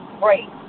great